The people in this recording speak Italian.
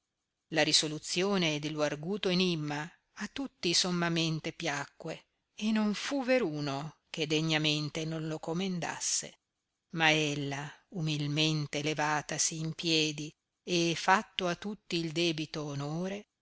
la risoluzione dello arguto enimma a tutti sommamente piacque e non fu veruno che degnamente non lo comendasse ma ella umilmente levatasi in piedi e fatto a tutti il debito onore